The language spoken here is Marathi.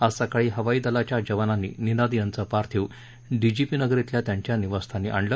आज सकाळी हवाई दलाच्या जवानांनी निनाद यांचं पार्थिव डीजीपी नगर इथल्या त्यांच्या निवासस्थानी आणलं